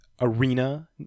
arena